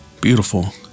Beautiful